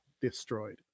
destroyed